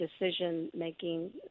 decision-making